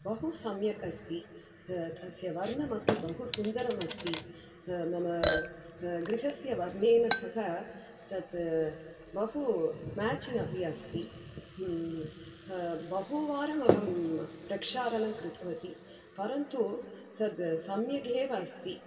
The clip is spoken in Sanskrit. बहु सम्यक् अस्ति तस्य वर्णमपि बहुसुन्दरमस्ति मम गृहस्य वर्णेन सह तत् बहु मेचिङ्ग् अपि अस्ति बहुवारमहं प्रक्षालनं कृतवती परन्तु तद् सम्यगेव अस्ति